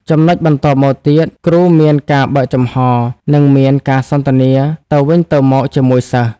ចំណុចបន្ទាប់មកទៀតគ្រូមានការបើកចំហរ និងមានការសន្ទនាទៅវិញទៅមកជាមួយសិស្ស។